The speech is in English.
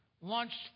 launched